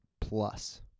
plus